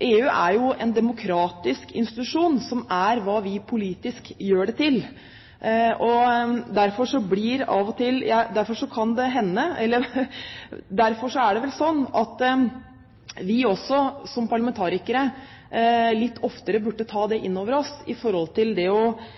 EU er jo en demokratisk institusjon, som er hva vi politisk gjør det til. Derfor er det vel slik at vi som parlamentarikere litt oftere burde ta det inn over oss og beskrive Europas problemer på litt andre måter enn å havne i fløyene ja eller nei til medlemskap. De utfordringene ikke minst Europa nå står overfor, er så store at vi skylder det